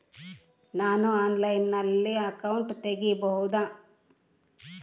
ನಾನು ಆನ್ಲೈನಲ್ಲಿ ಅಕೌಂಟ್ ತೆಗಿಬಹುದಾ?